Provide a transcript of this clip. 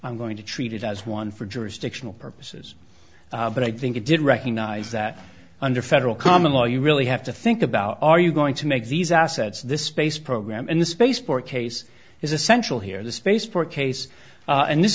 i'm going to treat it as one for jurisdictional purposes but i think it did recognize that under federal common law you really have to think about are you going to make these assets this space program and the spaceport case is essential here the spaceport case and this